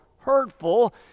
hurtful